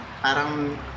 parang